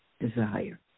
desire